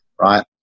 right